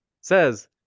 says